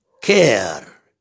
care